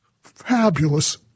fabulous